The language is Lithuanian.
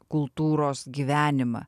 kultūros gyvenimą